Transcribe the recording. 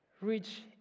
reach